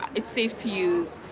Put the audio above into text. it's safe to use.